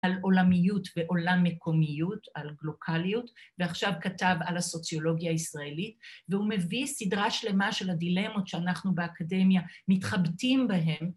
על עולמיות ועולם מקומיות, על גלוקליות, ועכשיו כתב על הסוציולוגיה הישראלית והוא מביא סדרה שלמה של הדילמות שאנחנו באקדמיה מתחבטים בהם